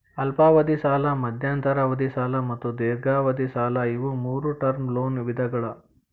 ಅಲ್ಪಾವಧಿ ಸಾಲ ಮಧ್ಯಂತರ ಅವಧಿ ಸಾಲ ಮತ್ತು ದೇರ್ಘಾವಧಿ ಸಾಲ ಇವು ಮೂರೂ ಟರ್ಮ್ ಲೋನ್ ವಿಧಗಳ